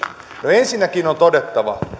ensinnäkin on todettava että